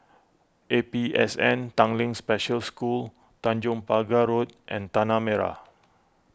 A P S N Tanglin Special School Tanjong Pagar Road and Tanah Merah